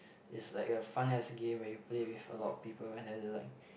is like a fun ass game where you play with a lot of people and then it's like